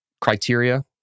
criteria